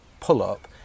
pull-up